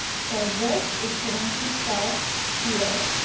so this is going to start here,